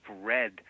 red